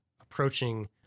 approaching